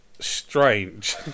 strange